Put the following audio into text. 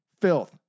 filth